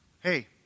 hey